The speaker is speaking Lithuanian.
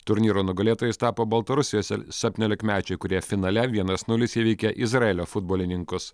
turnyro nugalėtojais tapo baltarusijos ir septyniolikmečiai kurie finale vienas nulis įveikė izraelio futbolininkus